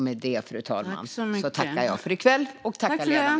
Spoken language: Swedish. Med detta, fru talman, tackar jag ledamöterna för i kväll!